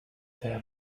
their